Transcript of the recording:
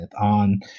on